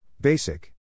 Basic